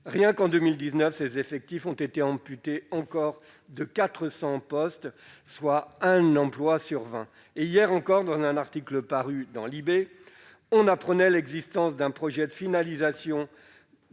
Rien qu'en 2019, ses effectifs ont été amputés de 400 postes, soit d'un emploi sur vingt. Hier encore, dans un article de, on apprenait l'existence d'un projet de filialisation